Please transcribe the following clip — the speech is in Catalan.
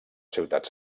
ciutat